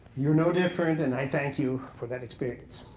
you're no different, and i thank you for that experience.